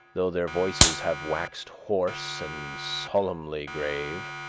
though their voices have waxed hoarse and solemnly grave,